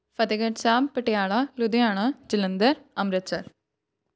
Fatehgarh Sahib Patiala Ludhiana Jalandhar Amritsar